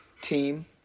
team